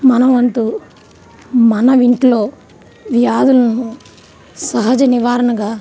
మన వంతు మన ఇంట్లో వ్యాధులను సహజ నివారణగా